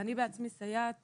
אני בעצמי סייעת